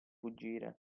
fuggire